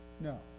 No